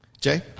Jay